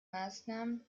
maßnahmen